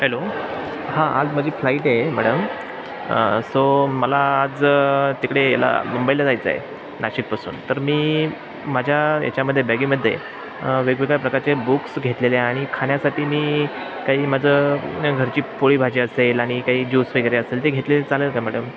hello हां आज माझी फ्लाईट आहे मॅडम सो मला आज तिकडे याला मुंबईला जायचं आहे नाशिकपासून तर मी माझ्या याच्यामध्ये बॅगेमध्ये वेगवेगळ्या प्रकारचे बुक्स घेतलेले आणि खाण्यासाठी मी काही माझं घरची पोळी भाजी असेल आणि काही ज्यूस वगैरे असेल ते घेतलेले चालेल का मॅडम